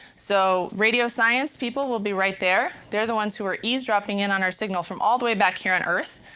so radio science people will be right there. they are the ones who are eavesdropping in on our signal from all the way back here on earth,